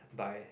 by